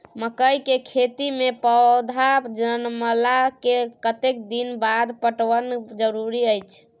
मकई के खेती मे पौधा जनमला के कतेक दिन बाद पटवन जरूरी अछि?